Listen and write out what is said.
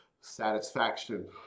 satisfaction